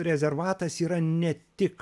rezervatas yra ne tik